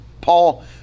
Paul